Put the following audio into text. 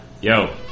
Yo